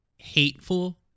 hateful